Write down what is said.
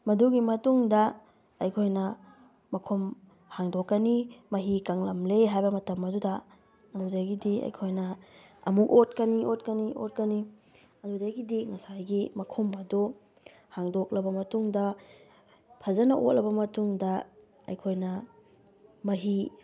ꯃꯗꯨꯒꯤ ꯃꯇꯨꯡꯗ ꯑꯩꯈꯣꯏꯅ ꯃꯈꯨꯝ ꯍꯥꯡꯗꯣꯛꯀꯅꯤ ꯃꯍꯤ ꯀꯪꯂꯝꯂꯦ ꯍꯥꯏꯕ ꯃꯇꯝ ꯑꯗꯨꯗ ꯑꯗꯨꯗꯒꯤꯗꯤ ꯑꯩꯈꯣꯏꯅ ꯑꯃꯨꯛ ꯑꯣꯠꯀꯅꯤ ꯑꯣꯠꯀꯅꯤ ꯑꯣꯠꯀꯅꯤ ꯑꯗꯨꯗꯒꯤꯗꯤ ꯉꯁꯥꯏꯒꯤ ꯃꯈꯨꯝ ꯑꯗꯨ ꯍꯥꯡꯗꯣꯛꯂꯕ ꯃꯇꯨꯡꯗ ꯐꯖꯅ ꯑꯣꯠꯂꯕ ꯃꯇꯨꯡꯗ ꯑꯩꯈꯣꯏꯅ ꯃꯍꯤ